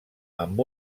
amb